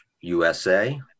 usa